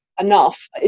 enough